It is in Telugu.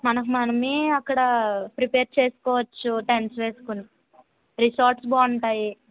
మనకు మనమే అక్కడ ప్రిపేర్ చేస్కోవచ్చు టెంట్స్ వేస్కొని రిసార్ట్స్ బాగుంటాయి